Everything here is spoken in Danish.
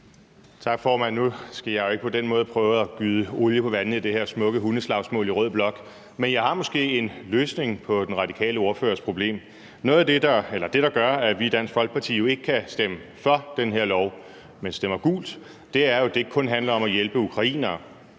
Tak, formand. Nu skal jeg jo ikke på den måde prøve at gyde olie på vandene i de her smukke hundeslagsmål i rød blok, men jeg har måske en løsning på den radikale ordførers problem. Det, der gør, at vi i Dansk Folkeparti jo ikke kan stemme for det her lovforslag, men stemmer gult, er, at det ikke kun handler om at hjælpe ukrainere,